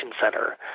center